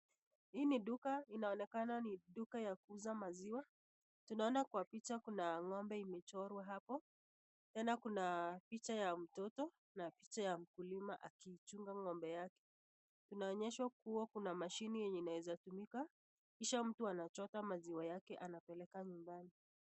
Hii ni duka, inaonekana ni duka ya kuuza maziwa. Tunaona kwa picha kuna ng'ombe imechorwa hapo. Tena kuna picha ya mtoto na picha ya mkulima akiichunga ng'ombe yake. Tunaonyeshwa kuwa kuna mashine yenye inaweza tumika, kisha mtu anachota maziwa yake anapeleka nyumbani.